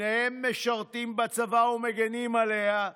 בניהם משרתים בצבא ומגינים עליה,